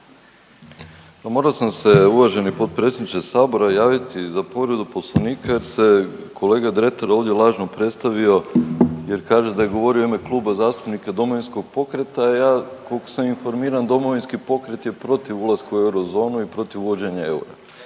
morao sam se uvaženi potpredsjedniče sabora javiti za povredu poslovnika jer se kolega Dretar ovdje lažno predstavio jer kaže da je govorio u ime Kluba zastupnika Domovinskog pokreta, ja kolko sam informiran, Domovinski pokret je protiv ulaska u eurozonu i protiv uvođenja eura,